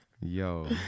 yo